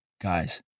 guys